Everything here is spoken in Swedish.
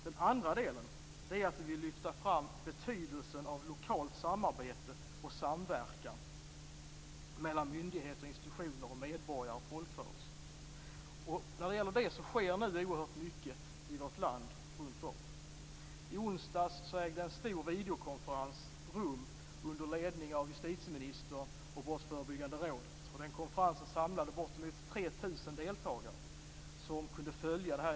Den andra delen är att vi vill lyfta fram betydelsen av lokalt samarbete och samverkan mellan myndigheter, institutioner, medborgare och folkrörelser. På den punkten sker det nu oerhört mycket runt om i vårt land. I onsdags ägde en stor videokonferens rum under ledning av justitieministern och Brottsförebyggande rådet. Den konferensen samlade bortemot platser i riket.